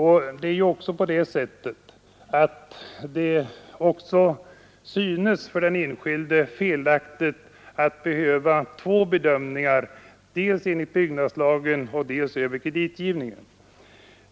Han anser det också felaktigt att det skall behöva göras två bedömningar — dels en i enlighet med byggnadslagen, dels en över kreditgivningen.